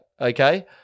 okay